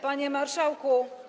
Panie Marszałku!